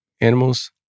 animals